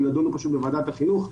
הן נדונו בוועדת החינוך.